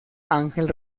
ángel